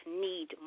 need